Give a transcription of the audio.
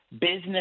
business